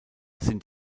sind